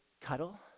cuddle